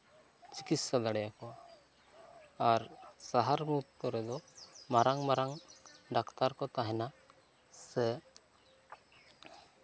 ᱪᱤᱠᱤᱛᱥᱟ ᱫᱟᱲᱮ ᱟᱠᱚᱣᱟ ᱟᱨ ᱥᱟᱦᱟᱨ ᱢᱩᱠ ᱠᱚᱨᱮ ᱫᱚ ᱢᱟᱨᱟᱝ ᱢᱟᱨᱟᱝ ᱰᱟᱠᱴᱟᱨ ᱠᱚ ᱛᱟᱦᱮᱱᱟ ᱥᱮ